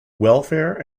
welfare